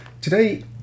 Today